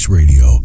radio